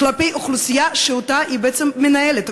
כלפי אוכלוסייה שאותה היא בעצם מנהלת.